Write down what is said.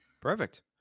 Perfect